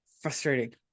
frustrating